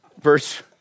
Verse